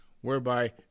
whereby